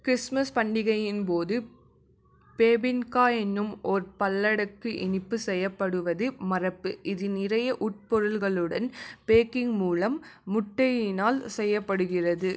Christmas பண்டிகையின் போது பேபின்கா என்னும் ஓர் பல்லடுக்கு இனிப்பு செய்யப்படுவது மரபு இது நிறைய உட்பொருள்களுடன் பேக்கிங் மூலம் முட்டையினால் செய்யப்படுகிறது